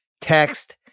text